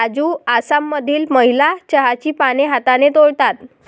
राजू आसाममधील महिला चहाची पाने हाताने तोडतात